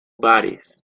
bares